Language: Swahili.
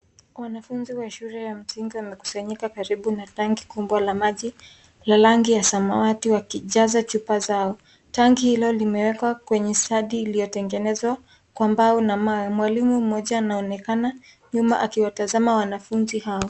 Wanafunzi wa shule ya msingi wamekusanyika karibu tanki kubwa la maji la rangi ya samawati wakijaza chupa zao. Tanki hilo limewekwa kwenye standi ilio tengenezwa kwa mbao na mawe. Mwalimu mmoja anaonekana nyuma akiwatazama wanafunzi hao.